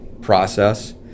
process